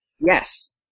Yes